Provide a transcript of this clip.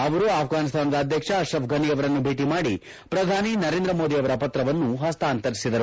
ಅವರು ಅಫ್ಟಾನಿಸ್ತಾನದ ಅಧ್ಯಕ್ಷ ಅಶ್ರಫ್ ಫನಿ ಅವರನ್ನು ಭೇಟಿ ಮಾದಿ ಪ್ರಧಾನಿ ನರೇಂದ್ರ ಮೋದಿ ಅವರ ಪತ್ರವನ್ನು ಹಸ್ತಾಂತರಿಸಿದರು